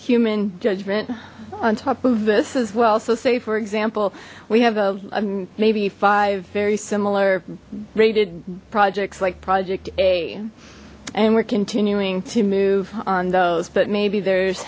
human judgment on top of this as well so say for example we have a maybe five very similar rated projects like project a and we're continuing to move on those but maybe there's